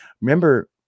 remember